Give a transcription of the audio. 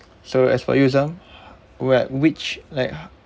so as for you zam what which like